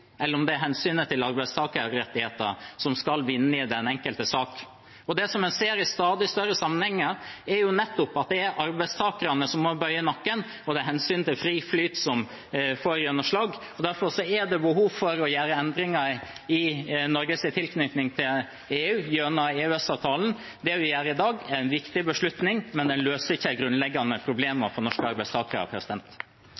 eller om det er hensynet til arbeidstakerrettigheter som skal vinne i den enkelte sak. Og det en ser i stadig større sammenhenger, er nettopp at det er arbeidstakerne som må bøye nakken, og det er hensynet til fri flyt som får gjennomslag. Derfor er det behov for å gjøre endringer i Norges tilknytning til EU gjennom EØS-avtalen. Det vi gjør i dag, er en viktig beslutning, men den løser ikke de grunnleggende